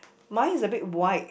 mine is a bit wide